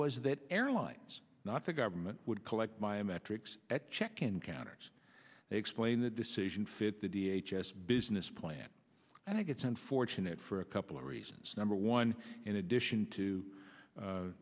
was that airlines not the government would collect my metrics at check in counters explain the decision fit the d h s s business plan and it's unfortunate for a couple of reasons number one in addition to